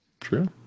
true